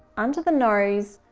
under the nose,